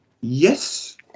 Yes